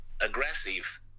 aggressive